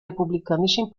republikanischen